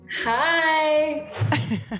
Hi